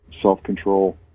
self-control